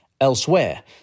elsewhere